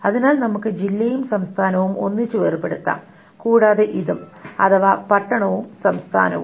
അതിനാൽ നമുക്ക് ജില്ലയും സംസ്ഥാനവും ഒന്നിച്ചു വേർപെടുത്താം കൂടാതെ ഇതും അഥവാ പട്ടണവും സംസ്ഥാനവും